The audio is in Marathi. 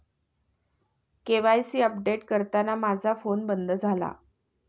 के.वाय.सी अपडेट करताना माझा फोन बंद झाला